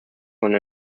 when